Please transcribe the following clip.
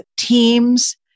teams